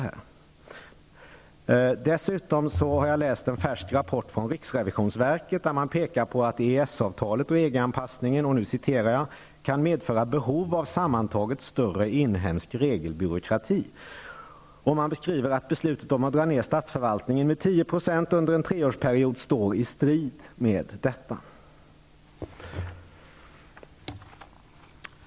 Jag vill också peka på en färsk rapport från riksrevisionsverket, där man pekar på att EES-avtalet och EG-anpassningen ''kan medföra behov av en sammantaget större inhemsk regelbyråkrati''. Man skriver att beslutet om att dra ner statsförvaltningen med 10 % under en treårsperiod står i strid med detta.